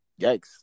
Yikes